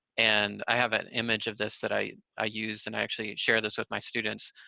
and i have an image of this that i i used and i actually share this with my students,